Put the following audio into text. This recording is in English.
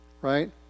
Right